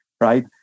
right